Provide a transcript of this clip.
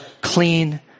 clean